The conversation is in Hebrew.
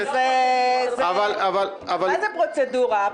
מה זו "פרוצדורה"?